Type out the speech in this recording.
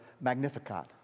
Magnificat